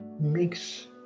Mix